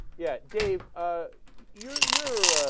yet dave ah. your your ah.